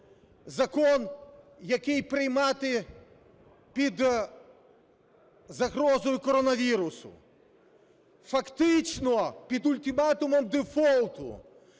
закон, який прийнятий під загрозою коронавірусу, фактично під ультиматумом дефолту,